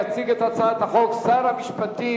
יציג את הצעת החוק שר המשפטים,